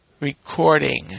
recording